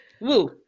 Woo